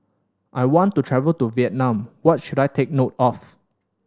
I want to travel to Vietnam What should I take note of